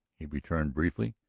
he returned briefly.